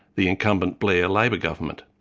the incumbent blair labour government.